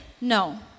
No